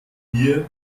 ihr